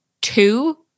two